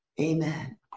Amen